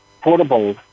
portable